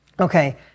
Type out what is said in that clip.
Okay